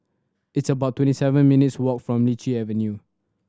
it's about twenty seven minutes' walk from Lichi Avenue